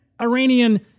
Iranian